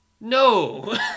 No